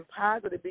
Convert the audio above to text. positive